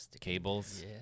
cables